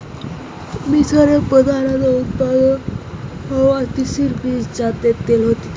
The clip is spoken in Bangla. মিশরে প্রধানত উৎপাদন হওয়া তিসির বীজ যাতে তেল হতিছে